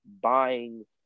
buying